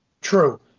True